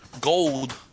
gold